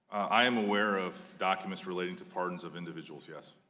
i'm aware of documents relating to pardons of individuals, yes.